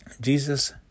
Jesus